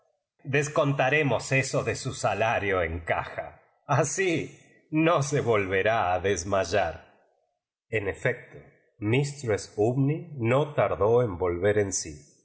descontaremos eso de su salario en ra ja asi no se volverá a desmayar en electo místress umney no tardó en vid ver en bl